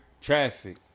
Traffic